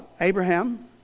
Abraham